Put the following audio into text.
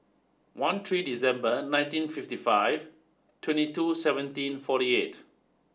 one three December nineteen fifty five twenty two seventeen forty eight